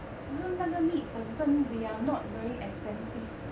可是那个 meat 本身 they are not very expensive